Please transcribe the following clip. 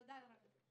תודה רבה.